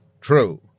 True